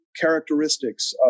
Characteristics